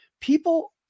people